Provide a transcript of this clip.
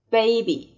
Baby